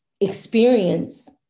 experience